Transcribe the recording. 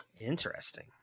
interesting